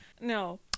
No